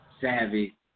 savvy